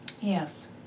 Yes